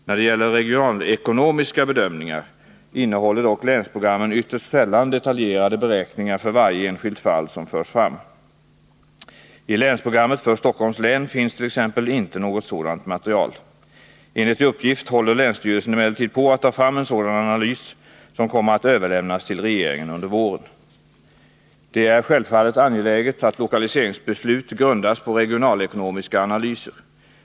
När det gäller regionalekonomiska bedömningar innehåller dock länsprogrammen ytterst sällan detaljerade beräkningar för varje enskilt fall som förs fram. I länsprogrammet för Stockholms län finns t.ex. inte något sådant material. Enligt uppgift håller länsstyrelsen emellertid på att ta fram en sådan analys som kommer att överlämnas till regeringen under våren. Det är självfallet angeläget att lokaliseringsbeslut grundas på regionalekonomiska analyser.